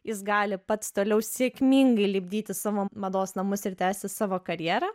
jis gali pats toliau sėkmingai lipdyti savo mados namus ir tęsti savo karjerą